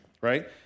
right